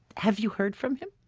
have you heard from him?